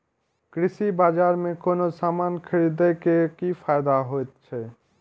कृषि बाजार में कोनो सामान खरीदे के कि फायदा होयत छै?